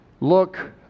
Look